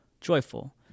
joyful